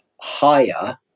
higher